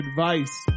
advice